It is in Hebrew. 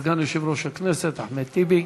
סגן יושב-ראש הכנסת אחמד טיבי.